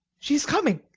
she is coming!